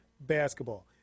basketball